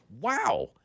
Wow